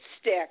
stick